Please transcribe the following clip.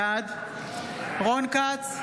בעד רון כץ,